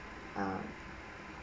err